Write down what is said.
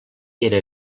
era